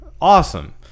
Awesome